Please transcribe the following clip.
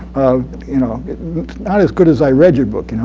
you know it's not as good as i read your book, you know